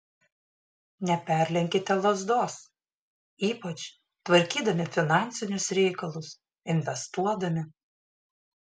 neperlenkite lazdos ypač tvarkydami finansinius reikalus investuodami